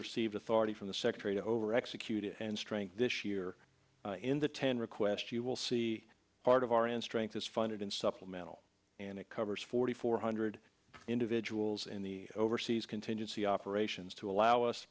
received authority from the sex trade over executed and strength this year in the ten request you will see part of our end strength is funded in supplemental and it covers forty four hundred individuals in the overseas contingency operations to allow us